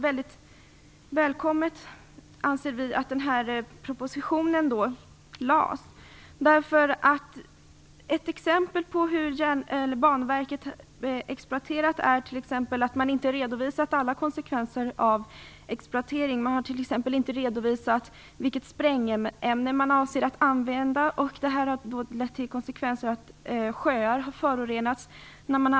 Vi anser att den här propositionen är mycket välkommen. Ett exempel på hur Banverket arbetat är att man inte redovisat alla konsekvenser vid exploateringen. Man har t.ex. inte redovisat vilket sprängämne man avser att använda. Det har fått till konsekvens att sjöar har förorenats.